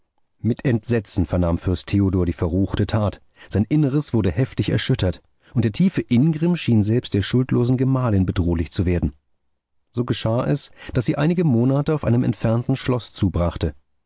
mit entsetzen vernahm fürst theodor die verruchte tat sein inneres wurde heftig erschüttert und der tiefe ingrimm schien selbst der schuldlosen gemahlin bedrohlich zu werden so geschah es daß sie einige monate auf einem entfernten schloß zubrachte